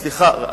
סליחה,